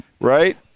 right